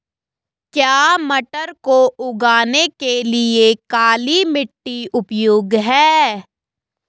क्या मटर को उगाने के लिए काली मिट्टी उपयुक्त है?